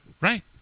right